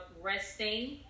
resting